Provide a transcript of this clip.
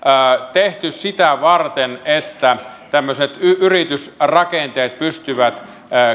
tehty sitä varten että tämmöiset yritysrakenteet pystyvät